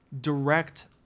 direct